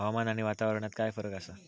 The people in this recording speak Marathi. हवामान आणि वातावरणात काय फरक असा?